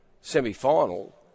semi-final